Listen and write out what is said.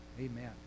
Amen